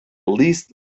least